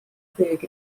ddeg